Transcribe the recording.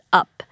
up